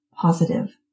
positive